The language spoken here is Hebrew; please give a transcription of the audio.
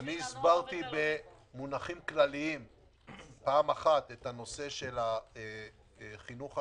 הסברתי במונחים כלליים פעם אחת את הנושא של החינוך המיוחד,